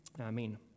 Amen